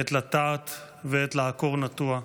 עת לטעת ועת לעקור נטוע.